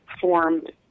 formed